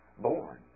born